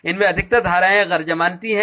इनमें अधिकतर धाराएं गैर जमानती है